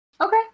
Okay